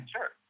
Sure